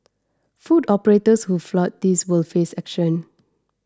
food operators who flout this will face action